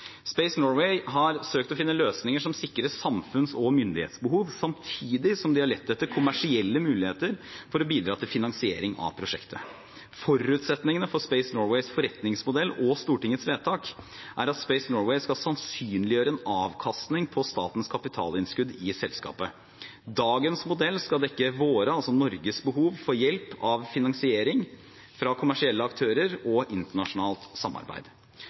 Space Norway har søkt å finne løsninger som sikrer samfunns- og myndighetsbehov, samtidig som de har lett etter kommersielle muligheter for å bidra til finansiering av prosjektet. Forutsetningene for Space Norways forretningsmodell og Stortingets vedtak er at Space Norway skal sannsynliggjøre en avkastning på statens kapitalinnskudd i selskapet. Dagens modell skal dekke Norges behov for hjelp med finansiering fra kommersielle aktører og internasjonalt samarbeid.